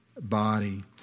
body